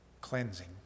cleansing